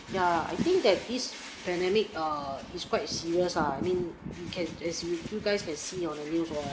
ya I think that this pandemic err is quite serious ah I mean you can as you you guys can see ah the news for